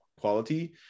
quality